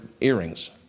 earrings